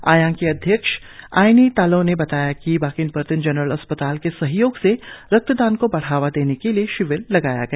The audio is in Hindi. आयांग की अध्यक्ष आईनी तालोह ने बताया कि बाकिन पार्टिन जनरल अस्पताल के सहयोग से रक्तदान को बढ़ावा देने के लिए शिविर लगाया गया